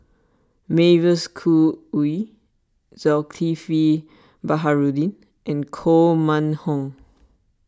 Mavis Khoo Oei Zulkifli Baharudin and Koh Mun Hong